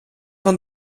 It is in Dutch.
van